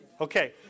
Okay